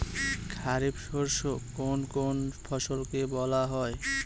খারিফ শস্য কোন কোন ফসলকে বলা হয়?